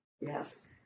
Yes